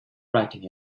writing